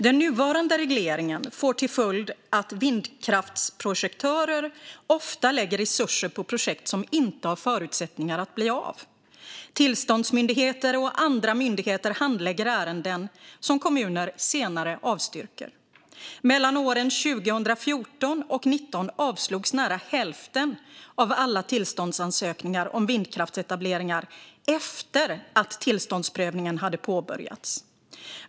Den nuvarande regleringen får till följd att vindkraftsprojektörer ofta lägger resurser på projekt som inte har förutsättningar att bli av. Tillståndsmyndigheter och andra myndigheter handlägger ärenden som kommuner senare avstyrker. Mellan 2014 och 2019 avslogs nära hälften av alla tillståndsansökningar om vindkraftsetableringar efter att tillståndsprövningen hade påbörjats.